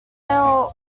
male